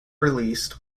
released